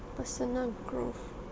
personal growth